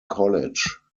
college